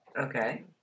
Okay